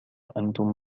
أنتم